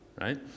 right